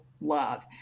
love